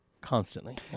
constantly